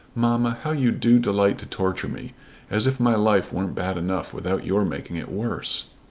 mamma, how you do delight to torture me as if my life weren't bad enough without your making it worse.